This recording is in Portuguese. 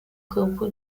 campo